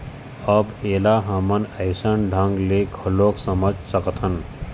अब ऐला हमन अइसन ढंग ले घलोक समझ सकथन